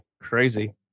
Crazy